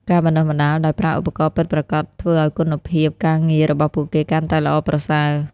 ការបណ្តុះបណ្តាលដោយប្រើឧបករណ៍ពិតប្រាកដធ្វើឱ្យគុណភាពការងាររបស់ពួកគេកាន់តែល្អប្រសើរ។